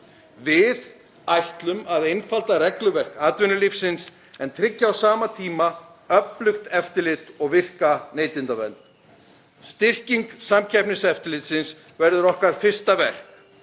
Við ætlum að einfalda regluverk atvinnulífsins, en tryggja á sama tíma öflugt eftirlit og virka neytendavernd. Styrking Samkeppniseftirlitsins verður okkar fyrsta verk.